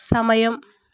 సమయం